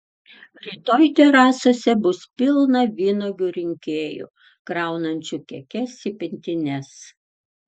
rytoj terasose bus pilna vynuogių rinkėjų kraunančių kekes į pintines